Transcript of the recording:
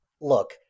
look